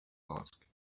asked